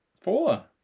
four